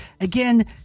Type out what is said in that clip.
Again